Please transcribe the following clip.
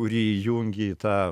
kurį įjungi į tą